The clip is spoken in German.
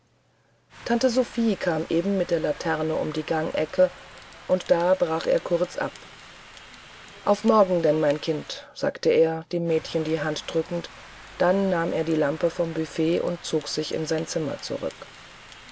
tante sophie kam eben mit der laterne um die gangecke und da brach er kurz ab auf morgen denn mein kind sagte er dem jungen mädchen die hand drückend dann nahm er die lampe vom büffett und zog sich in sein zimmer zurück